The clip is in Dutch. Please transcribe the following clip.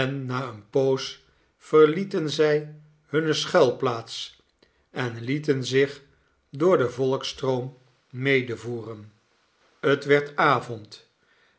en na eene poos verlieten zij hunne schuilplaats en lieten zich door den volksstroom medevoeren het werd avond